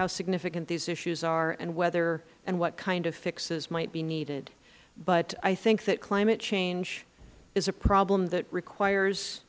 how significant these issues are and whether and what kind of fixes might be needed but i think that climate change is a problem that requires